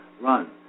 run